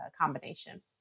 combination